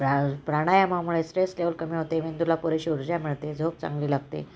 प्रा प्राणायामामुळे stress level कमी होते मेंदुला पुरेशी उर्जा मिळते झोप चांगली लागते